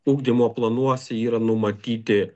ugdymo planuose yra numatyti